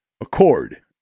accord